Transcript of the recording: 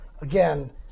again